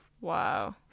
Wow